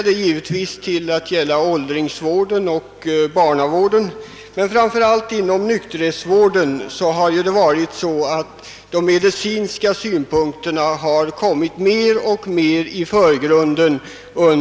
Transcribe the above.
De medicinska synpunkterna har under senare år trätt mer och mer i förgrunden inom framför allt nykterhetsvården, även om det givetvis också gäller barnaoch åldringsvården.